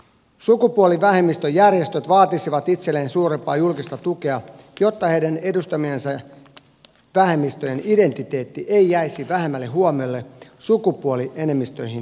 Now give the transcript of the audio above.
sukupuolivähemmistöjärjestöt vaatisivat itselleen suurempaa julkista tukea jotta heidän edustamiensa vähemmistöjen identiteetti ei jäisi vähemmälle huomiolle sukupuolienemmistöihin nähden